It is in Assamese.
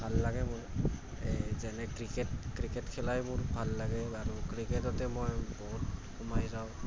ভাল লাগে মোৰ এই যেনে ক্ৰিকেট ক্ৰিকেট খেলাই মোৰ ভাল লাগে বাৰু ক্ৰিকেটতে মই বহুত সোমাই যাওঁ